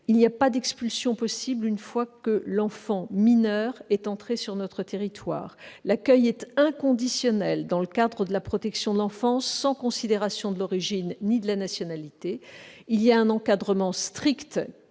Aucune expulsion n'est possible une fois que l'enfant mineur est entré sur notre territoire. L'accueil est inconditionnel dans le cadre de la protection de l'enfance, sans considération de l'origine ni de la nationalité. Il est prévu un encadrement strict